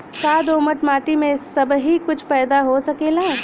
का दोमट माटी में सबही कुछ पैदा हो सकेला?